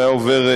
והיה עובר,